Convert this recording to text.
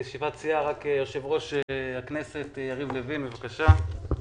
יושב-ראש הכנסת יריב לוין, בבקשה.